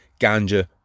ganja